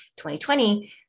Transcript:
2020